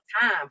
time